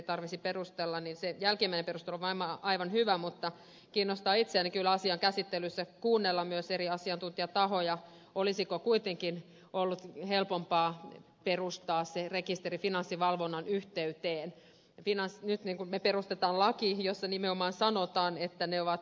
se jälkimmäinen perustelu varmaan on aivan hyvä mutta kiinnostaa itseäni kyllä asian käsittelyssä kuunnella myös eri asiantuntijatahoja olisiko kuitenkin ollut helpompaa perustaa se rekisteri finanssivalvonnan yhteyteen kiina syytti ne perustetaan laki jossa nimenomaan sanotaan että ne ovat